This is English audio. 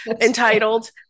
Entitled